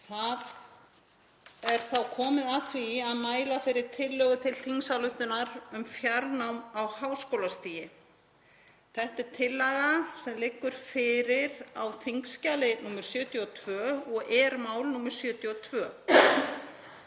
Það er komið að því að mæla fyrir tillögu til þingsályktunar um fjarnám á háskólastigi. Þetta er tillaga sem liggur fyrir á þskj. 72 og er mál nr. 72.